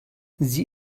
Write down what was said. sie